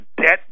debt